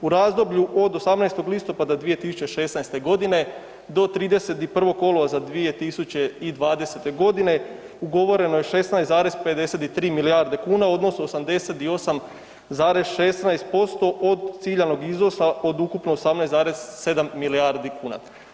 U razdoblju od 18. listopada 2016. godine do 31. kolovoza 2020. godine ugovoreno je 16,53 milijarde kuna odnosno 88,16% od ciljanog iznosa od ukupno 18,7 milijardi kuna.